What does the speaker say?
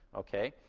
okay?